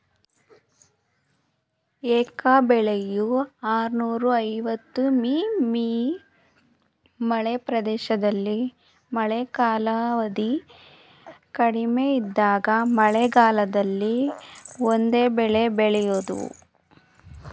ಏಕ ಬೆಳೆಯು ಆರ್ನೂರ ಐವತ್ತು ಮಿ.ಮೀ ಮಳೆ ಪ್ರದೇಶದಲ್ಲಿ ಮಳೆ ಕಾಲಾವಧಿ ಕಡಿಮೆ ಇದ್ದಾಗ ಮಳೆಗಾಲದಲ್ಲಿ ಒಂದೇ ಬೆಳೆ ಬೆಳೆಯೋದು